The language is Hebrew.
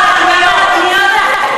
קניות.